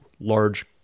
large